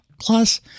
Plus